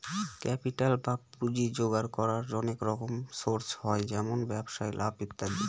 capital বা পুঁজি জোগাড় করার অনেক রকম সোর্স হয় যেমন ব্যবসায় লাভ ইত্যাদি